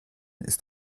ist